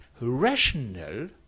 rational